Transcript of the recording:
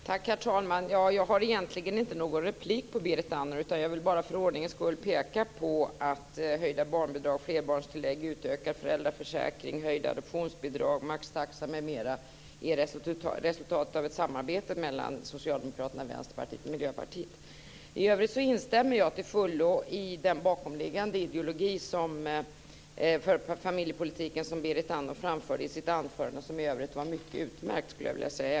Herr talman! Det är egentligen inte fråga om en replik på Berit Andnors inlägg, utan jag vill bara för ordningens skull peka på att höjda barnbidrag, flerbarnstillägg, utökad föräldraförsäkring, höjda adoptionsbidrag, maxtaxa m.m. är resultatet av ett samarbete mellan Socialdemokraterna, Vänsterpartiet och I övrigt instämmer jag till fullo i den bakomliggande ideologin för familjepolitiken i det som Berit Andnor framförde i sitt anförande, som för övrigt var alldeles utmärkt.